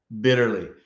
bitterly